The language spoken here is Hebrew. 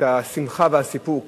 השמחה והסיפוק